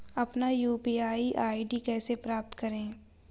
अपना UPI ID कैसे प्राप्त करें?